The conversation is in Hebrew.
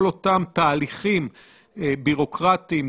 כל אותם תהליכים ביורוקרטיים,